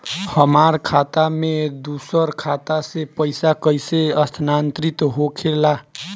हमार खाता में दूसर खाता से पइसा कइसे स्थानांतरित होखे ला?